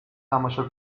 تماشا